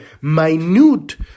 minute